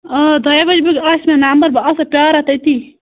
آ دۄیہِ بَجہِ بٔگۍ آسہِ مےٚ نَمبر بہٕ آسہٕ پیٛاران تٔتی